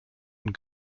und